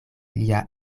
lia